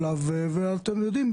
אתם יודעים,